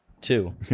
two